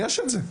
יש את זה.